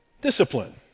discipline